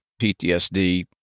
PTSD